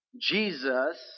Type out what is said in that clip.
Jesus